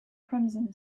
crimson